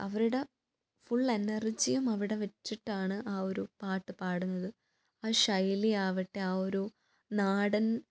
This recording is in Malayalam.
അവരുടെ ഫുൾ എനർജിയും അവിടെ വെച്ചിട്ടാണ് ആ ഒരു പാട്ട് പാടുന്നത് ആ ശൈലി ആവട്ടെ ആ ഒരു നാടൻ